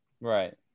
right